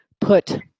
put